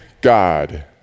God